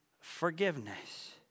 forgiveness